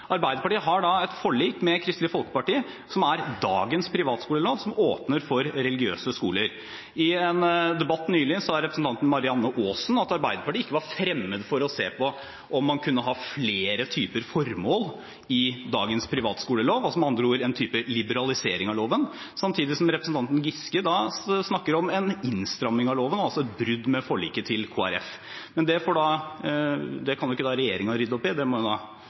Arbeiderpartiet har et forlik med Kristelig Folkeparti, som er dagens privatskolelov, som åpner for religiøse skoler. I en debatt nylig sa representanten Marianne Aasen at Arbeiderpartiet ikke var fremmed for å se på om man kunne ha flere typer formål i dagens privatskolelov, altså med andre ord en type liberalisering av loven, samtidig som representanten Giske snakker om en innstramming av loven, altså et brudd med forliket med Kristelig Folkeparti. Men det kan ikke regjeringen rydde opp i, det må opposisjonen rydde opp i selv. Anne Tingelstad Wøien – til oppfølgingsspørsmål. Som vi har hørt, gir dagens privatskolelov en